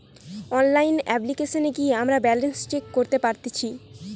online অপ্লিকেশনে গিয়ে আমরা ব্যালান্স চেক করতে পারতেচ্ছি